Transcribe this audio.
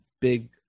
big